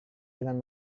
dengan